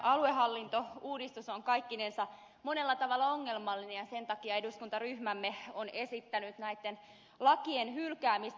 tämä aluehallintouudistus on kaikkinensa monella tavalla ongelmallinen ja sen takia eduskuntaryhmämme on esittänyt näitten lakien hylkäämistä